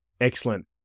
Excellent